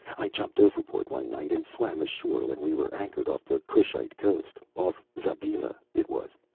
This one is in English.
i jumped overboard one night and swam ashore when we were anchored off the kushite coast. off zabhela, it was.